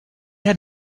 had